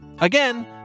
Again